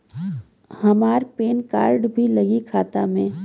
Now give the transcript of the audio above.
हमार PAN card भी लगी खाता में?